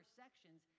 sections